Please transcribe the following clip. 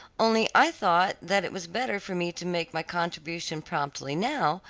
only i thought that it was better for me to make my contribution promptly now,